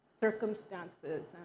circumstances